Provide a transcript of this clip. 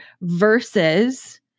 versus